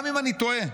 גם אם אני טועה,